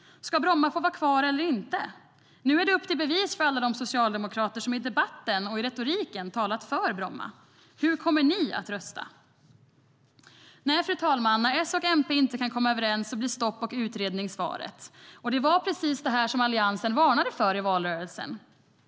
Ska Bromma få vara kvar eller inte? Nu är det upp till bevis för alla de socialdemokrater som i debatten och i retoriken talat för Bromma. Hur kommer ni att rösta? Nej, fru talman, när S och MP inte kan komma överens blir stopp och utredning svaret. Det var precis det som Alliansen varnade för i valrörelsen.